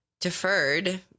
deferred